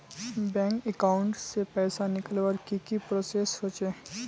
Bank account से पैसा निकालवर की की प्रोसेस होचे?